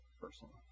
personally